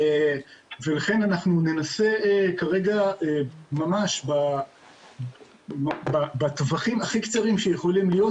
ולכן אנחנו ננסה כרגע ממש בטווחים הכי קצרים שיכולים להיות